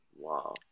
Wow